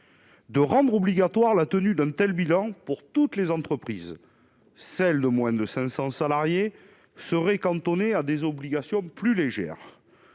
de rendre obligatoire la tenue d'un hôtel bilan pour toutes les entreprises, celles de moins de 500 salariés seraient cantonnés à des obligations plus légère,